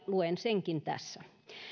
luen senkin tässä